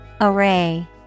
Array